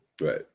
Right